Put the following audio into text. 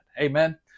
Amen